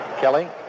Kelly